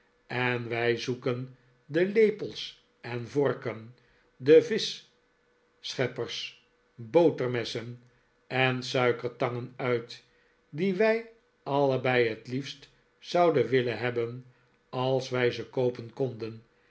en wij zoeken de lepels en vorken de vischschep pers botermessen en suikertangen uit die wij allebei het liefst zouden willen hebben als wij ze koopen konden